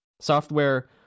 Software